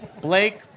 Blake